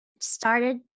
started